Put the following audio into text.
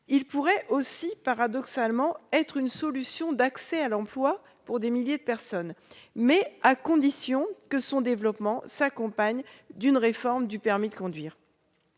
il pourrait aussi, paradoxalement, être un moyen d'accès à l'emploi pour des milliers de personnes, à condition que son développement s'accompagne d'une réforme du permis de conduire.